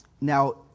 Now